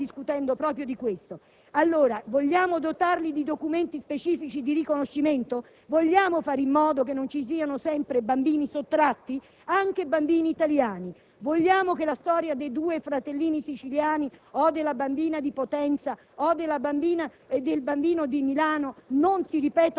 si sta discutendo proprio di questo. Allora, vogliamo dotarli di documenti specifici di riconoscimento? Vogliamo fare in modo che non ci siano sempre bambini sottratti, anche bambini italiani? Vogliamo che la storia dei due fratellini siciliani o della bambina di Potenza o del bambino di Milano